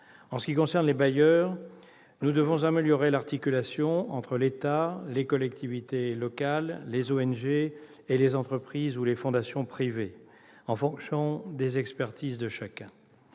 En ce qui concerne les bailleurs, nous devons améliorer l'articulation entre l'État, les collectivités locales, les ONG et les entreprises ou fondations privées, en fonction des expertises de chacun.